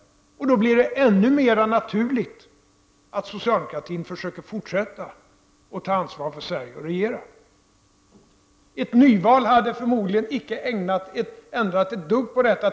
Då blir det ännu mera naturligt att socialdemokratin försöker fortsätta att ta ansvar för Sverige och regera. Ett nyval hade förmodligen icke ändrat ett dugg på detta.